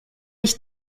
ich